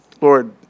Lord